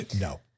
No